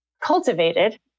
cultivated